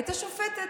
הייתה שופטת,